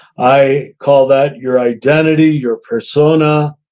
i call that your identity, your persona,